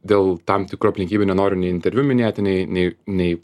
dėl tam tikrų aplinkybių nenoriu nei interviu minėti nei nei nei